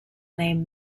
name